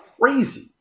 crazy